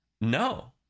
No